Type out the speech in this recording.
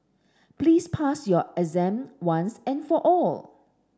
please pass your exam once and for all